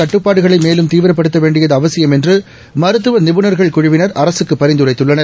கட்டுப்பாடுகளை மேலும் தீவிரப்படுத்த வேண்டியது அவசியம் என்று மருத்துவ நிபுணர்கள் குழுவினர் அரசுக்கு பரிந்துரைத்துள்ளனர்